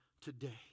today